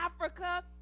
Africa